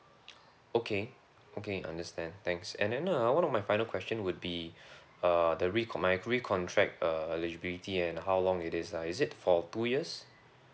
okay okay understand thanks and then uh and one of my final question would be uh the recon~ my re-contract uh eligibility and how long it is ah is it for two years